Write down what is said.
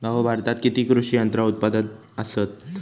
भाऊ, भारतात किती कृषी यंत्रा उत्पादक असतत